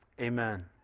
Amen